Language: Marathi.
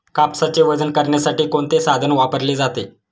कापसाचे वजन करण्यासाठी कोणते साधन वापरले जाते?